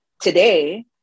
today